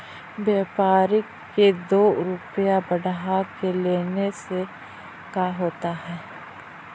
व्यापारिक के दो रूपया बढ़ा के लेने से का होता है?